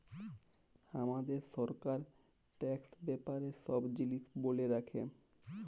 হামাদের সরকার ট্যাক্স ব্যাপারে সব জিলিস ব্যলে রাখে